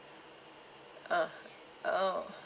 ah oh